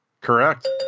Correct